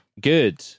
Good